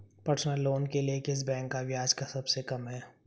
Personal loan के लिए किस बैंक का ब्याज सबसे कम है?